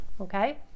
okay